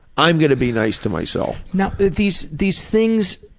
i'm gonna be nice to myself. now these these things